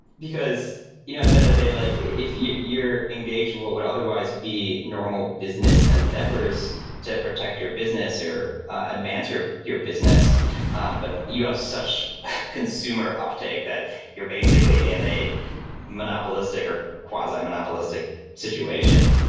because you know at the end of the day, like if you're engaged in what would otherwise be normal business endeavors to protect your business, or advance your your business, um but you have such consumer uptake that you're basically in a monopolistic, or quasi-monopolistic situation,